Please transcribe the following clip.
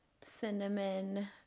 cinnamon